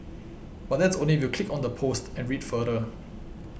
but that's only if you click on the post and read further